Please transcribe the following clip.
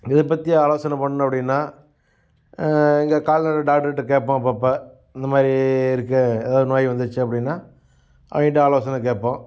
இதை பற்றி ஆலோசனை பண்ணணும் அப்படின்னா இங்கே கால்நடை டாக்டர்கிட்ட கேட்போம் அப்பப்போ இந்த மாதிரி இருக்குது எதாவது நோய் வந்துடுச்சு அப்படின்னா அவங்கள்ட்ட ஆலோசனை கேட்போம்